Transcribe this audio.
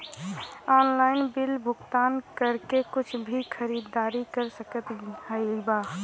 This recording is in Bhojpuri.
ऑनलाइन बिल भुगतान करके कुछ भी खरीदारी कर सकत हई का?